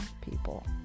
people